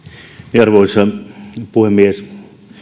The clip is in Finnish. arvoisa puhemies